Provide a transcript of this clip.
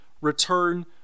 return